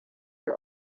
your